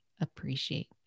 appreciate